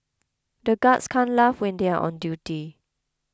the guards can't laugh when they are on duty